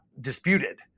disputed